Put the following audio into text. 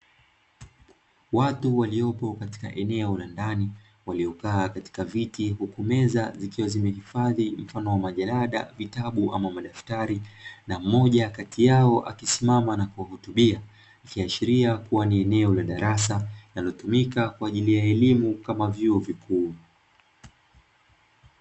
Watu waliopo katika eneo la ndani, waliokaa katika viti huku meza zikiwa zimehifadhi mfano wa: majarada, vitabu aama madaftari; na mmoja kati yao akisimama na kuhutubia. Ikiashiria kuwa ni eneo la darasa linalotumika kwa ajili ya elimu kama vyuo vikuu.